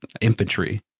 infantry